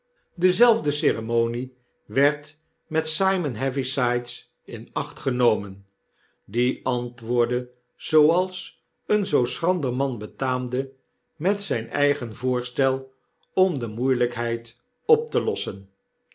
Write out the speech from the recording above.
dezelfde ceremonie werd met simon heavysides in acht genomen die antwoordde zooals een zoo schrander man betaamde met zyn eigen voorstel om de rnoeielijkheid op te lossenkapitein